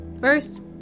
First